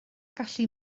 gallu